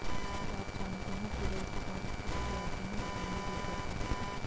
क्या आप जानते है तुरई को भारत के कुछ राज्यों में झिंग्गी भी कहते है?